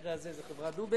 ובמקרה הזה זה בחברת "דובק",